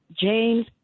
James